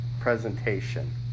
presentation